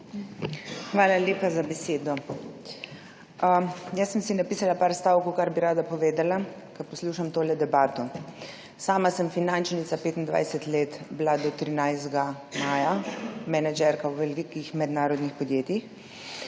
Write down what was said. Hvala lepa za besedo. Jaz sem si napisala nekaj stavkov, kar bi rada povedala, ko poslušam tole debato. Sama sem bila finančnica 25 let do 13. maja, menedžerka v velikih mednarodnih podjetjih.